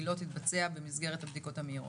היא לא תתבצע במסגרת הבדיקות המהירות.